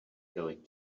going